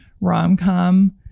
rom-com